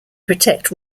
protect